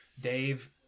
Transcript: Dave